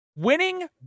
Winning